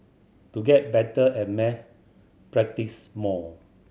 to get better at maths practise more